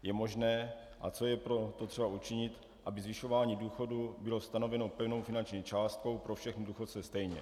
Je možné a co je pro to třeba učinit, aby zvyšování důchodů bylo stanoveno pevnou finanční částkou pro všechny důchodce stejně?